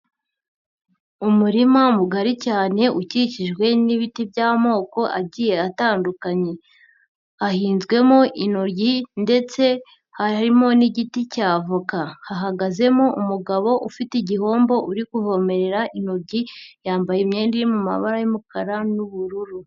Umurima mugari cyane ukikijwe n'ibiti by'amoko agiye atandukanye, hahinzwemo intoryi ndetse harimo n'igiti cy'avoka, hahagazemo umugabo ufite igihombo uri kuvomerera intoryi, yambaye imyenda iri mu mabara y'umukara n'ubururu.